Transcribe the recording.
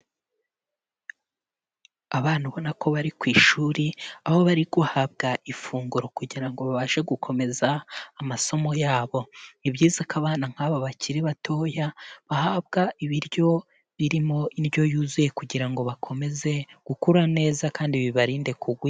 Abana ubona ko bari ku ishuri, aho bari guhabwa ifunguro kugira ngo babashe gukomeza amasomo yabo, ni byiza ko abana nk'aba bakiri batoya bahabwa ibiryo birimo indyo yuzuye kugira ngo bakomeze gukura neza kandi bibarinde kugwingira.